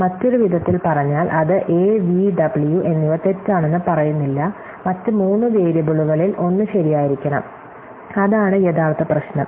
മറ്റൊരു വിധത്തിൽ പറഞ്ഞാൽ അത് a v w എന്നിവ തെറ്റാണെന്ന് പറയുന്നില്ല മറ്റ് മൂന്ന് വേരിയബിളുകളിൽ ഒന്ന് ശരിയായിരിക്കണം അതാണ് യഥാർത്ഥ പ്രശ്നം